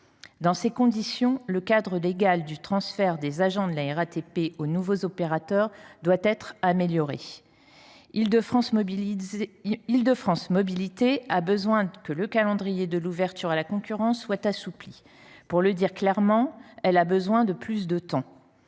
Dans ces conditions, le cadre légal du transfert des agents de la RATP aux nouveaux opérateurs doit être amélioré. Île de France Mobilités a besoin que le calendrier de l’ouverture à la concurrence soit assoupli. Pour le dire clairement, elle a besoin de plus de temps.